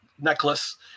necklace